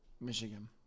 Michigan